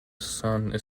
son